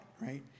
right